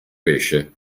pesce